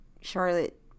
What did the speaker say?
Charlotte